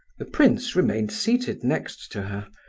the prince remained seated next to her,